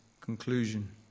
conclusion